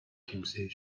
kimseyi